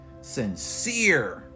sincere